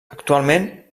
actualment